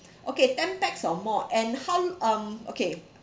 okay ten pax or more and how um okay